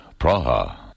Praha